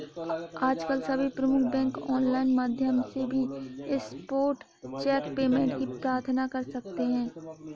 आजकल सभी प्रमुख बैंक ऑनलाइन माध्यम से भी स्पॉट चेक पेमेंट की प्रार्थना कर सकते है